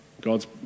God's